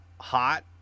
hot